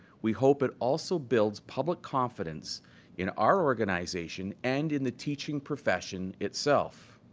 we hope it also builds public confidence in our organization and in the teaching profession itself.